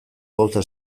gauza